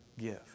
give